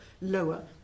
lower